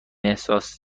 احساسی